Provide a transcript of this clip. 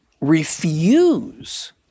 refuse